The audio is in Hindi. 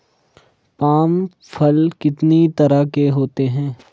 पाम फल कितनी तरह के होते हैं?